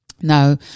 Now